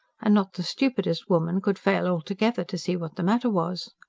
and not the stupidest woman could fail altogether to see what the matter was.